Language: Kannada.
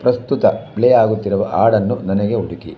ಪ್ರಸ್ತುತ ಪ್ಲೇ ಆಗುತ್ತಿರುವ ಹಾಡನ್ನು ನನಗೆ ಹುಡುಕಿ